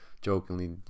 jokingly